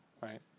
right